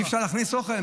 לכאן אי-אפשר להכניס אוכל.